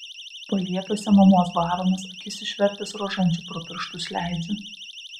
paliepiuose mamos baramas akis išvertęs rožančių pro pirštus leidžiu